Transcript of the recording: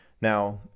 Now